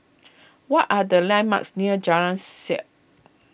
what are the landmarks near Jalan Siap